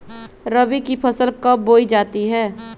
रबी की फसल कब बोई जाती है?